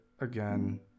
again